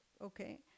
okay